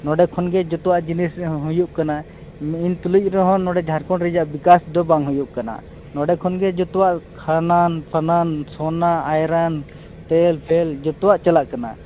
ᱱᱚᱰᱮ ᱠᱷᱚᱱᱜᱮ ᱡᱚᱛᱚᱣᱟᱜ ᱡᱤᱱᱤᱥ ᱦᱩᱭᱩᱜ ᱠᱟᱱᱟ ᱮᱱᱛᱩᱞᱩᱡ ᱨᱮᱦᱚᱸ ᱡᱷᱟᱲᱠᱷᱚᱸᱰ ᱨᱮᱭᱟᱜ ᱵᱤᱠᱟᱥᱫᱚ ᱵᱟᱝ ᱦᱩᱭᱩᱜ ᱠᱟᱱᱟ ᱱᱚᱰᱮ ᱠᱷᱚᱱᱜᱮ ᱡᱚᱛᱚᱣᱟᱜ ᱠᱷᱟᱱᱟᱱᱼᱯᱷᱟᱱᱟᱱ ᱥᱳᱱᱟ ᱟᱭᱨᱚᱱ ᱛᱮᱞᱼᱯᱷᱮᱞ ᱡᱚᱛᱚᱣᱟᱜ ᱪᱟᱞᱟᱜ ᱠᱟᱱᱟ